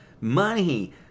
money